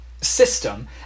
system